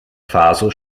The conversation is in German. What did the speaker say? faso